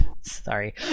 Sorry